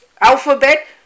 alphabet